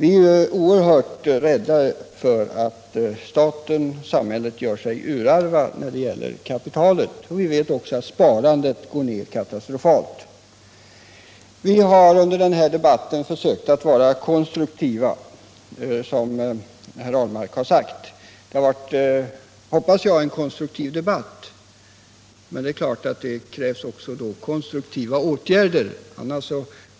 Vi är oerhört rädda för att staten och samhället gör sig urarva när det gäller kapitalet, och vi vet också att sparandet går ner katastrofalt. Vi har, som Per Ahlmark också har sagt, i denna debatt försökt att vara konstruktiva, och jag hoppas att debatten verkligen har varit konstruktiv. Men här krävs det naturligtvis också konstruktiva åtgärder — annars